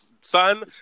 Son